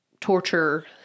torture